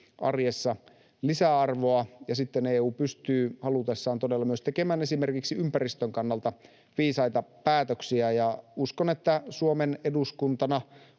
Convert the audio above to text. arjessa lisäarvoa. EU pystyy halutessaan todella myös tekemään esimerkiksi ympäristön kannalta viisaita päätöksiä. Uskon, että Suomen eduskuntana